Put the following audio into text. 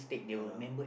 ya